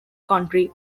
country